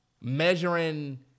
measuring